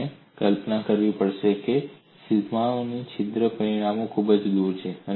તમારે કલ્પના કરવી પડશે કે સીમાઓ છિદ્ર પરિમાણથી ખૂબ દૂર છે